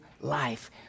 life